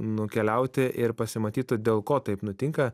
nukeliauti ir pasimatytų dėl ko taip nutinka